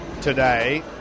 today